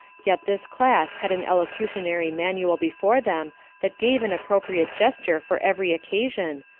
yet this class had an elocutionary manual before them that gave an appropriate gesture for every occasion,